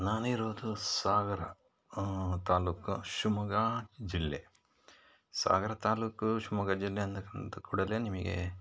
ನಾನಿರೋದು ಸಾಗರ ತಾಲ್ಲೂಕು ಶಿವ್ಮೊಗ್ಗ ಜಿಲ್ಲೆ ಸಾಗರ ತಾಲ್ಲೂಕು ಶಿವ್ಮೊಗ್ಗ ಜಿಲ್ಲೆ ಅಂದ ಅಂದ ಕೂಡಲೇ ನಿಮಗೆ